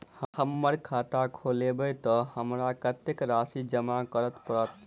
हम खाता खोलेबै तऽ हमरा कत्तेक राशि जमा करऽ पड़त?